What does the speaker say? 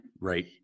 right